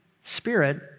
Spirit